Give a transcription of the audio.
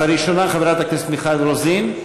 אז הראשונה, חברת הכנסת מיכל רוזין.